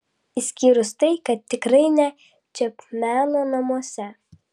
išskyrus tai kad tikrai ne čepmeno namuose